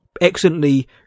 excellently